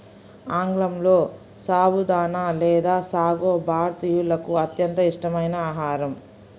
ఆంగ్లంలో సబుదానా లేదా సాగో భారతీయులకు అత్యంత ఇష్టమైన ఆహారం